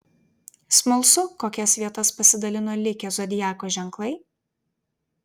smalsu kokias vietas pasidalino likę zodiako ženklai